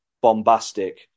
bombastic